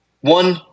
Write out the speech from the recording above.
one